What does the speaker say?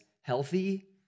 healthy